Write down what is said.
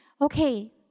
okay